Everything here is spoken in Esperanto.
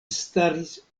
staris